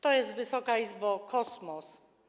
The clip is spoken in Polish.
To jest, Wysoka Izbo, kosmos.